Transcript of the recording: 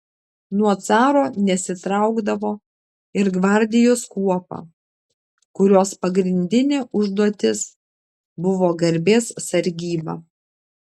nuo caro nesitraukdavo ir gvardijos kuopa kurios pagrindinė užduotis buvo garbės sargyba